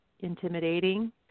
intimidating